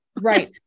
right